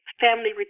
family